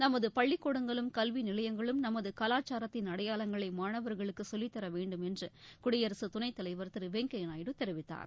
நமது பள்ளிக்கூடங்களும் கல்வி நிலையங்களும் நமது கலாச்சாரத்தின் அடைபாளங்களை மாணவர்களுக்கு சொல்லித் தரவேண்டும் என்று குடியரசுத் துணைத் தலைவர் திரு வெங்கய்யா நாயுடு தெரிவித்தார்